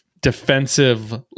defensive